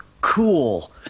cool